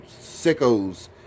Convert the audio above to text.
sickos